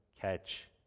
catch